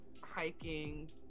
hiking